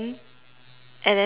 and then just let